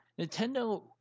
Nintendo